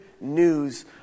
news